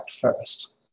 first